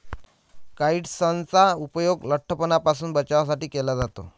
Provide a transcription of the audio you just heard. काइट्सनचा उपयोग लठ्ठपणापासून बचावासाठी केला जातो